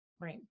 Right